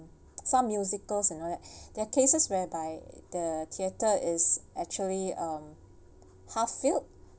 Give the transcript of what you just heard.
some musicals and all that their cases whereby the theatre is actually um half-filled